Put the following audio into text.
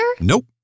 Nope